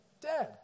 dead